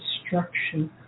destruction